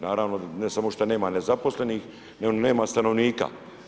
Naravno, ne samo što nema nezaposlenih, nego nema stanovnika.